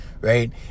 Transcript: Right